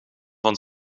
van